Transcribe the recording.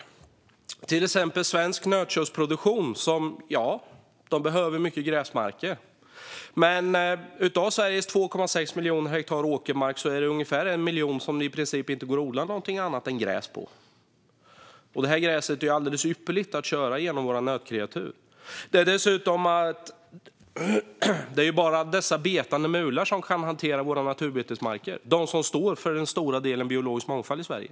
Exempelvis behöver svensk nötköttsproduktion visserligen mycket gräsmark, men av Sveriges 2,6 miljoner hektar åkermark går i princip inget annat än gräs att odla på ungefär 1 miljon av dem. Detta gräs är alldeles ypperligt att köra genom våra nötkreatur. Dessutom är det bara dessa betande mular som kan hantera våra naturbetesmarker. Det är de som står för den stora delen av den biologiska mångfalden i Sverige.